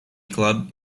club